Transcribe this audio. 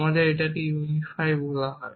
আমরা বলি এটাকে ইউনিফাই বলা হয়